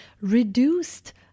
reduced